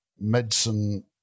medicine